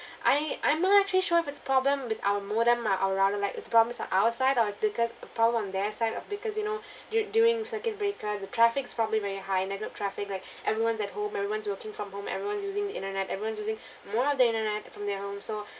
I I'm not actually sure if it's problem with our modem or our router like it's problems on our side or it's because problem from their side of because you know du~ during circuit breaker the traffic's probably very high network traffic like everyone's at home everyone's working from home everyone's using the internet everyone using more of the internet from their home so